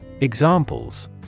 Examples